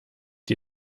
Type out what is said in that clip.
die